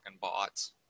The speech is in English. bots